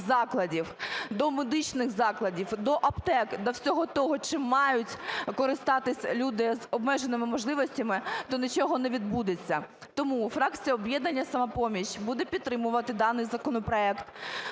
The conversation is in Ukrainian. закладів, до медичних закладів, до аптек, до всього того, чим мають користатись люди з обмеженими можливостями, то нічого не відбудеться. Тому фракція "Об'єднання "Самопоміч" буде підтримувати даний законопроект.